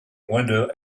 window